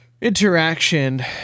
interaction